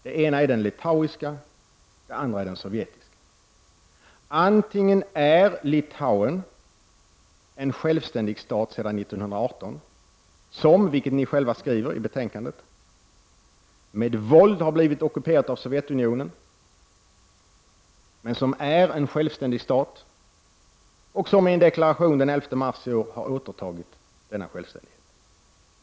Den ena är den litauiska, och den andra är den sovjetiska. Litauen kan då vara en självständig stat sedan 1918 som, vilket moderaterna själva skriver i betänkandet, med våld har blivit ockuperat av Sovjetunionen. Landet är en självständig stat, som i en deklaration den 11 mars i år har återtagit denna självständighet.